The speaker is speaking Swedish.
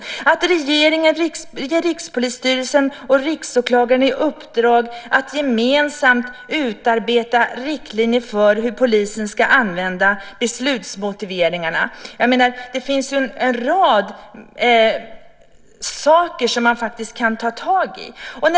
Har regeringen gett Rikspolisstyrelsen och Riksåklagaren i uppdrag att gemensamt utarbeta riktlinjer för hur polisen ska använda beslutsmotiveringarna? Det finns en rad saker som man kan ta tag i.